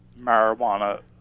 marijuana